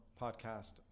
podcast